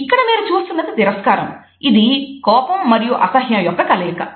ఇక్కడ మీరు చూస్తున్నది తిరస్కారం ఇది కోపం మరియు అసహ్యం యొక్క కలయిక